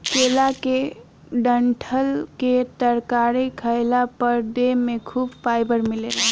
केला के डंठल के तरकारी खइला पर देह में खूब फाइबर मिलेला